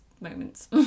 moments